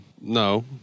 no